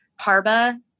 Parba